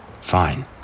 Fine